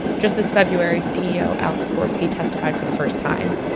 just this february, ceo alex gorksy testified for the first time,